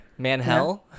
Manhell